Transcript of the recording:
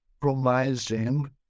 promising